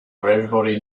everybody